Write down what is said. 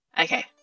Okay